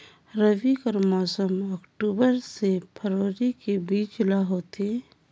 रबी कर मौसम अक्टूबर से फरवरी के बीच ल होथे